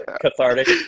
Cathartic